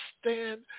stand